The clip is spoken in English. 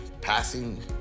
passing